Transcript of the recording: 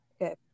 okay